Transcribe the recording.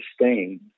sustain